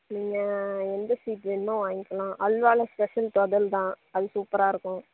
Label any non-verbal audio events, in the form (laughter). நீங்கள் எந்த ஸ்வீட்டு வேணுமோ வாங்கிக்கலாம் அல்வாவில் ஸ்பெஷல் (unintelligible) தான் அது சூப்பராக இருக்கும்